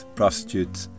prostitutes